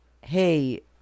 hey